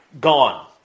gone